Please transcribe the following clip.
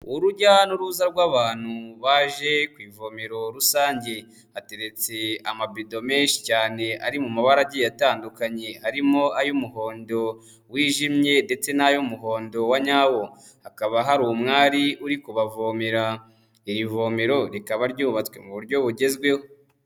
Urujya n'uruza rw'abantu baje ku ivomero rusange, hateretse amabido menshi cyane ari mu mabara agiye atandukanye, harimo ay'umuhondo wijimye, ndetse n'ay'umuhondo wa nyawo. Hakaba hari umwari uri kubavomera, iri vomero rikaba ryubatse mu buryo bugezweho.